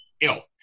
ill